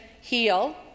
heal